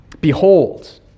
behold